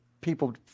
people